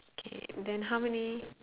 okay then how many